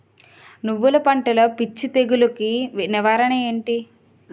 నువ్వులు పంటలో పిచ్చి తెగులకి నివారణ ఏంటి?